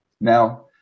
Now